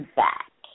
back